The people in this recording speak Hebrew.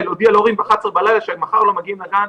ולהודיע להורים ב-23:00 שהם מחר לא מגיעים לגן,